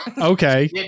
Okay